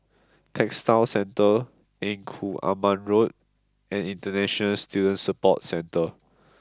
Textile Centre Engku Aman Road and International Student Support Centre